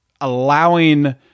allowing